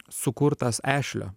sukurtas ešlio